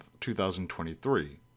2023